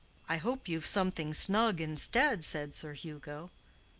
i hope you've something snug instead, said sir hugo.